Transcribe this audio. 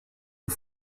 nos